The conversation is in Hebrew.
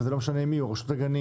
וזה לא משנה אם זה רשות הגנים,